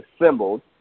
assembled